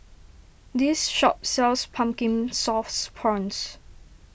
this shop sells Pumpkin Sauce Prawns